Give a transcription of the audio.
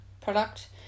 product